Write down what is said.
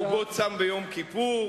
הוא עם שרובו צם ביום כיפור,